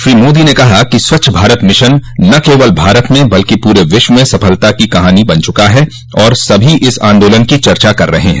श्री मोदी ने कहा कि स्वच्छ भारत मिशन न केवल भारत में बल्कि पूरे विश्व में सफलता की कहानी बन चुका है और सभी इस आंदोलन की चर्चा कर रहे हैं